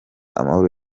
amahoro